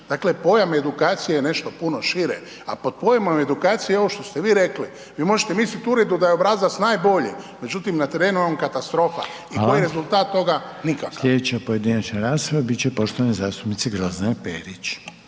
Dakle, pojam edukacije je nešto puno šire. A pod pojmom edukacije je i ovo što ste vi rekli. Vi možete mislit u uredu da je obrazac najbolji, međutim na terenu je on katastrofa …/Upadica: Hvala./… i koji je rezultat toga, nikakav. **Reiner, Željko (HDZ)** Slijedeća pojedinačna rasprava bit će poštovane zastupnice Grozdane Perić.